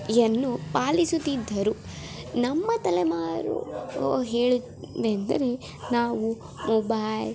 ಯನ್ನು ಪಾಲಿಸುತಿದ್ದರು ನಮ್ಮ ತಲೆಮಾರು ಹೇಳು ವೆಂದರೆ ನಾವು ಮೊಬೈಲ್